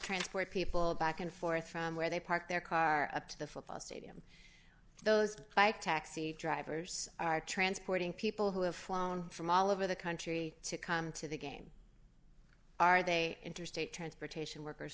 transport people back and forth from where they park their car up to the football stadium those bike taxi drivers are transporting people who have flown from all over the country to come to the game are they interstate transportation workers